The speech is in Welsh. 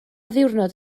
ddiwrnod